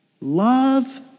love